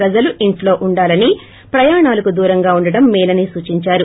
ప్రజలు ఇంట్లో ఉండాలని ప్రయాణాలకు దూరంగా ఉండటం మేలని సూచించారు